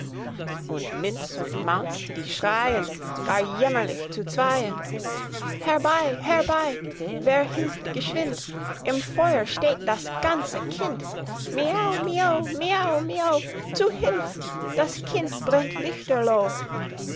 und minz und maunz die schreien gar jämmerlich zu zweien herbei herbei wer hilft geschwind in feuer steht das ganze kind miau mio miau mio zu hilf das kind brennt lichterloh